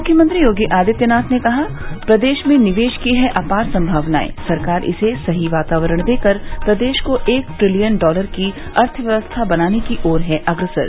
मुख्यमंत्री योगी आदित्यनाथ ने कहा प्रदेश में निवेश की है अपार संभावनाएं सरकार इसे सही वातावरण देकर प्रदेश को एक ट्रिलियन डॉलर की अर्थव्यवस्था बनाने की ओर है अग्रसर